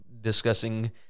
discussing